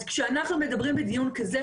אז כשאנחנו מדברים בדיון כזה,